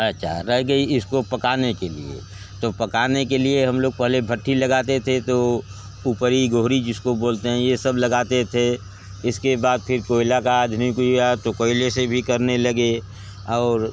अच्छा रह गई इसको पकाने के लिए तो पकाने के लिए हम लोग पहले भट्ठी लगाते थे तो उपरी गोहरी जिसको बोलते हैं ये सब लगाते थे इसके बाद फिर कोयले का आधुनिक हुआ तो कोयले से भी करने लगे और